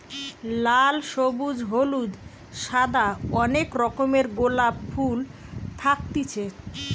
লাল, সবুজ, হলুদ, সাদা অনেক রকমের গোলাপ ফুল থাকতিছে